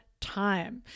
time